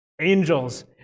Angels